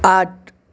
آٹھ